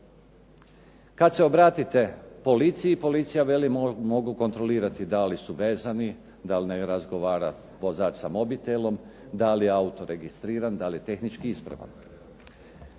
Kad se obratite policiji policija veli mogu kontrolirati da li su vezani, dal ne razgovara vozač s mobitelom, dal je auto registriran, dal je tehnički ispravan.